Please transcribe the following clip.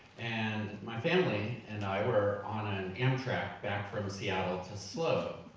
and my family and i were on an amtrak back from seattle to slo.